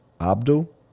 Abdul